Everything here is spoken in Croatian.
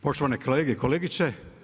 Poštovane kolege i kolegice.